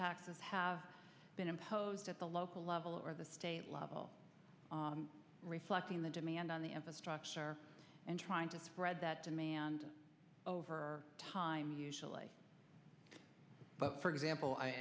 taxes have been imposed at the local level or the state level reflecting the demand on the as a structure and trying to spread that demand over time usually for example